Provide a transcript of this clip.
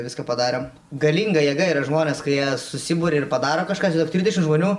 viską padarėm galinga jėga yra žmonės kai jie susiburia ir padaro kažką įsivaizduok trisdešimt žmonių